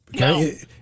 Okay